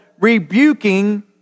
rebuking